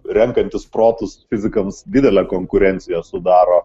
renkantis protus fizikams didelę konkurenciją sudaro